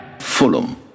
Fulham